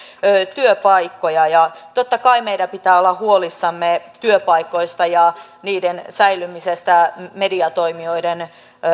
työpaikkoja totta kai meidän pitää olla huolissamme työpaikoista ja niiden säilymisestä mediatoimijoiden